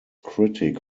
critic